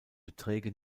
beträge